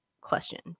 question